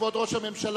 כבוד ראש הממשלה,